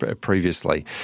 previously